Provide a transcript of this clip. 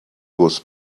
was